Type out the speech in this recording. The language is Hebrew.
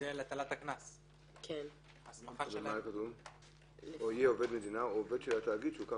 "מפקח יהיה עובד המדינה או עובד של תאגיד שהוקם